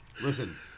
Listen